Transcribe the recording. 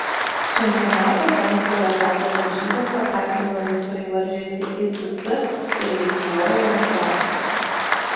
čempionato penktojo etapo varžybose kartingo meistrai varžėsi icc ir laisvojoje klasėse